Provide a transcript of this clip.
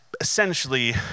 essentially